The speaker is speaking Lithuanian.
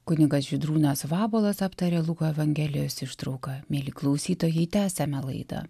kunigas žydrūnas vabuolas aptarė luko evangelijos ištrauką mieli klausytojai tęsiame laidą